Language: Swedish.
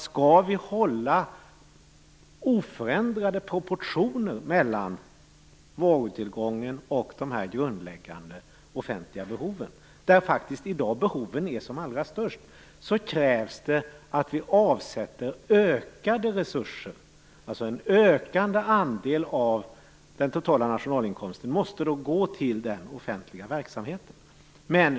Skall vi hålla oförändrade proportioner mellan varutillgången och de grundläggande offentliga behoven, där faktiskt behoven i dag är som allra störst, krävs att vi avsätter ökade resurser. Alltså måste en ökande andel av den totala nationalinkomsten gå till den offentliga verksamheten.